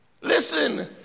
Listen